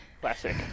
Classic